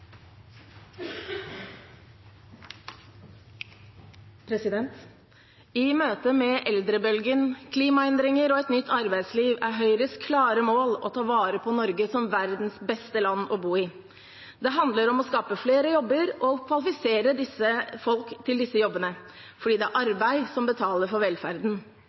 I møte med eldrebølgen, klimaendringer og et nytt arbeidsliv er Høyres klare mål å ta vare på Norge som verdens beste land å bo i. Det handler om å skape flere jobber og kvalifisere folk til disse jobbene, fordi det er arbeid som betaler for velferden.